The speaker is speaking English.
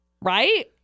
Right